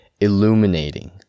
illuminating